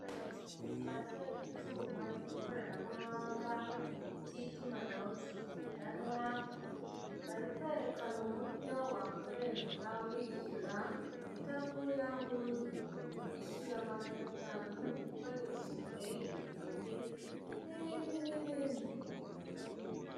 Intoki zifashe icyuma cy'ikoranabuhanga, cy'itumanaho kigendanwa; bari kwerekana uburyo wakoresha wishyura utavuye aho uri. Ishyura magana atanu ukoresheje inite n'ibindi n'ibindi.